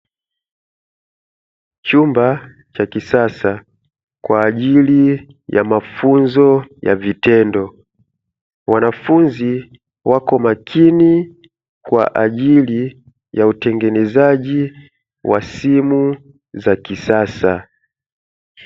Chumba cha kisasa kwa ajili ya mafunzo ya vitendo, wanafunzi wako makini kwa ajili ya utengenezaji wa simu za kisasa.